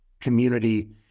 community